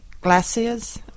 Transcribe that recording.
glaciers